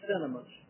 sentiments